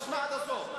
תשמע עד הסוף.